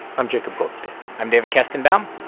i'm jacob goldstein i'm david kestenbaum.